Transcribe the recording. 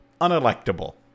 Unelectable